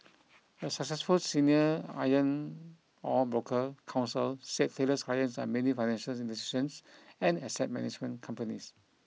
a successful senior iron ore broker counsel said Taylor's clients are mainly financial institutions and asset management companies